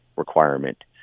requirement